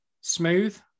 Smooth